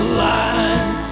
line